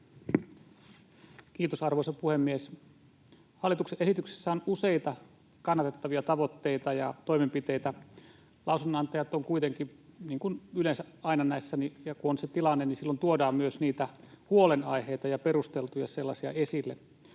Kiitos, arvoisa puhemies! Hallituksen esityksessä on useita kannatettavia tavoitteita ja toimenpiteitä. Lausunnonantajat ovat kuitenkin... Niin kuin yleensä aina näissä ja kun on se tilanne, niin silloin tuodaan myös niitä huolenaiheita ja perusteltuja sellaisia, esille.